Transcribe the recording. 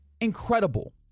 incredible